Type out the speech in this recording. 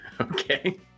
Okay